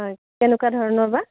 হয় কেনেকুৱা ধৰণৰ বা